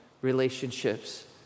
relationships